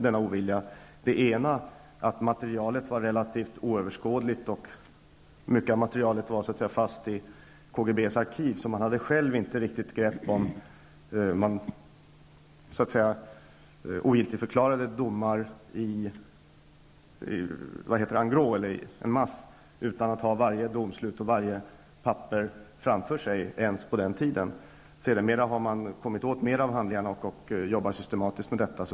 Den ena är att materialet var relativt oöverskådligt, och mycket av materialet satt fast i KGB:s arkiv. Man hade själv inte riktigt grepp om allt. Man ogiltigförklarade domar en masse utan att ha varje domslut och varje papper framför sig. Sedermera har man kommit åt flera av handlingarna och jobbar nu systematiskt med detta.